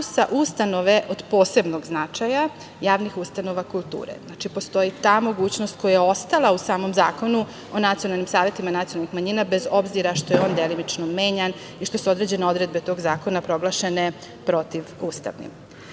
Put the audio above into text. ustanove od posebnog značaja javnih ustanova kulture. Znači, postoji ta mogućnost koja je ostala u samom zakonu o nacionalnim savetima nacionalnih manjina, bez obzira što je on delimično menjan i što su određene odredbe tog zakona proglašene protivustavnim. Problem